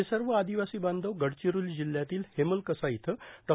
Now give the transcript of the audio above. हे सर्व आदिवासी बांधव गडचिरोली जिल्ह्यातील हेमलकसा इथं डॉ